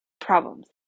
problems